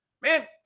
Man